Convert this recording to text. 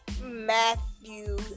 Matthew